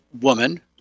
woman